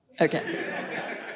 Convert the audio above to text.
Okay